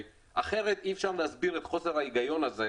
אחרת אי אפשר להסביר את חוסר ההיגיון הזה,